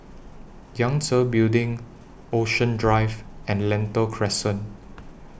Yangtze Building Ocean Drive and Lentor Crescent